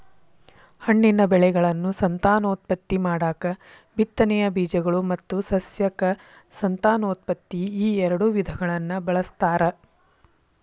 ಹಣ್ಣಿನ ಬೆಳೆಗಳನ್ನು ಸಂತಾನೋತ್ಪತ್ತಿ ಮಾಡಾಕ ಬಿತ್ತನೆಯ ಬೇಜಗಳು ಮತ್ತು ಸಸ್ಯಕ ಸಂತಾನೋತ್ಪತ್ತಿ ಈಎರಡು ವಿಧಗಳನ್ನ ಬಳಸ್ತಾರ